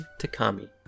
takami